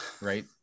right